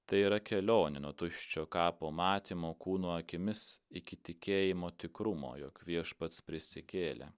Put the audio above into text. tai yra kelionė nuo tuščio kapo matymo kūno akimis iki tikėjimo tikrumo jog viešpats prisikėlė